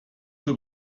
zur